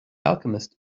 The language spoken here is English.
alchemist